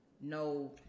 No